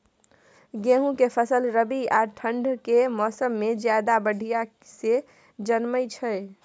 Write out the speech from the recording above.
गेहूं के फसल रबी आ ठंड के मौसम में ज्यादा बढ़िया से जन्में छै?